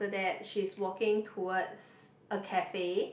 that she's walking towards a cafe